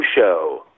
Show